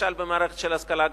למשל במערכת של ההשכלה הגבוהה,